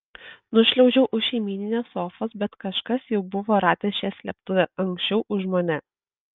nušliaužiau už šeimyninės sofos bet kažkas jau buvo radęs šią slėptuvę anksčiau už mane